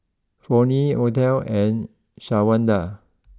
Flonnie Othel and Shawanda